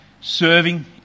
serving